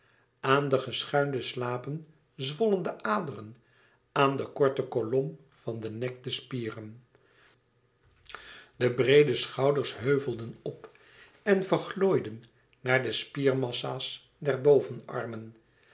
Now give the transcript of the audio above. aan de geschuinde slapen zwollen de aderen aan den korten kolom van den nek de spieren de breede schouders heuvelden op en verglooiden naar de spiermassa's der bovenarmen